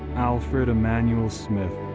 alfred emmanuel smith,